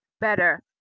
better